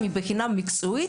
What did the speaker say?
למעמדן של הגננות והסייעות.